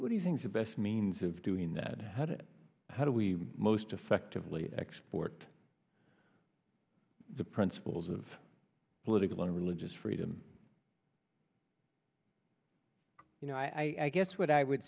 what do you think the best means of doing that how do we most effectively export the principles of political religious freedom you know i guess what i would